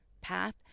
path